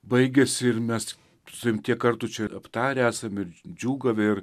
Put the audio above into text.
baigiasi ir mes su tavim tiek kartų čia ir aptarę esam ir džiūgavę ir